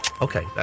Okay